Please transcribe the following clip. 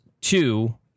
two